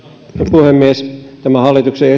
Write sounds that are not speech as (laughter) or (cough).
puhemies tämän hallituksen (unintelligible)